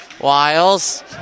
Wiles